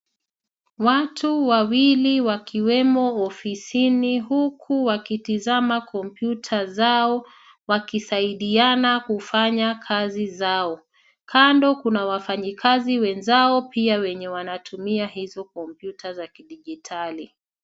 Watu wawili wakiwemo ofisini, huku wakitizama kompyuta zao wakisaidiana kufanya kazi zao. Kando kuna wafanyikazi wenzao pia wenye wanatumia hizo kompyuta za kidijitali.